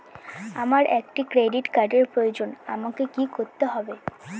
আমার একটি ক্রেডিট কার্ডের প্রয়োজন আমাকে কি করতে হবে?